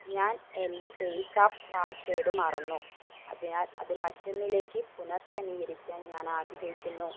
ഞാൻ എൻ്റെ പേയ്സാപ്പ് പാസ്വേർഡ് മറന്നു അതിനാൽ അത് മറ്റൊന്നിലേക്ക് പുനഃക്രമീകരിക്കാൻ ഞാൻ ആഗ്രഹിക്കുന്നു